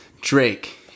Drake